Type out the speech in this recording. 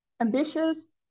ambitious